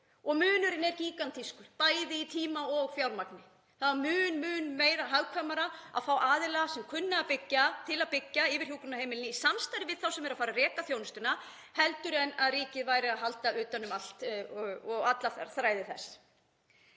og munurinn er gígantískur, bæði í tíma og fjármagni. Það var mun hagkvæmara að fá aðila sem kunna að byggja til að byggja hjúkrunarheimili í samstarfi við þá sem eru að fara að reka þjónustuna heldur en að ríkið væri að halda utan um allt og alla þræði þess.